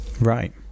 right